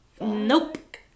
nope